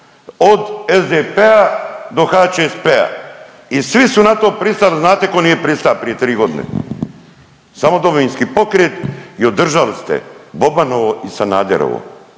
od SDP-a do HČSP-a i svi su na to pristali, znate tko nije prista prije 3 godine? Samo Domovinski pokret i održali ste Bobanovo i Sanaderovo